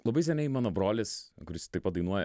labai seniai mano brolis kuris taip pat dainuoja